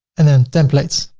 and then templates